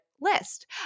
list